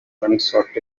unsought